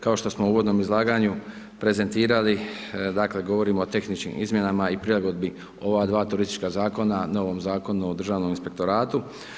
Kao što smo u uvodnom izlaganju prezentirali, dakle govorimo o tehničkim izmjenama i prilagodbi ova dva turistička zakona novom Zakonu o Državnom inspektoratu.